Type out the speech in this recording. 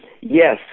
Yes